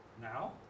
Now